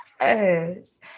yes